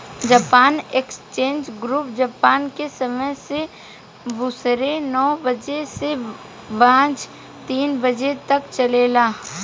Japan exchange group Japan के समय से सुबेरे नौ बजे से सांझ तीन बजे तक चलेला